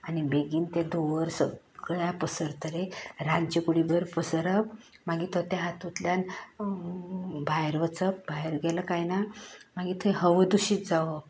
आनी बेगीन तें धुंवर सगळ्याक पसरतलें रांदचें कुडींभर पसरप मागीर थंय त्या हातूंतल्यान भायर वचप भायर गेलो काय ना मागीर थंय हव दुशीत जावप